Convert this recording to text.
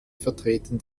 vertreten